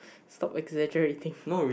stop exaggerating